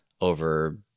over